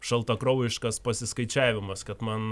šaltakraujiškas pasiskaičiavimas kad man